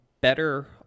better